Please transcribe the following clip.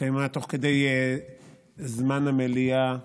שהתקיימה בזמן המליאה היום.